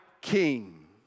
king